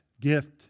gift